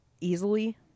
easily